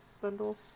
bundle